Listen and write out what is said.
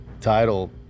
title